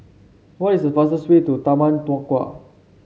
what is the fastest way to Taman Nakhoda